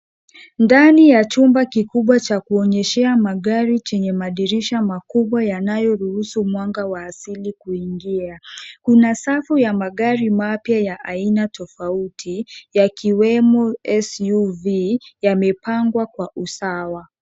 Ndani ya chumba kikubwa cha kuonyeshea magari chenye madirisha makubwa yanayo ruhusu mwanga wa asili kuingia. Kuna safu ya magari mapya ya aina tofauti, yakiwemo SUV yamepangwa kwa usawa.